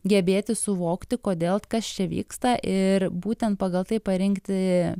gebėti suvokti kodėl kas čia vyksta ir būtent pagal tai parinkti